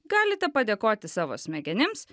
galite padėkoti savo smegenims